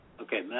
Okay